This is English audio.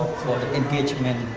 engagement.